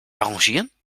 arrangieren